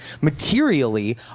Materially